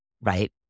right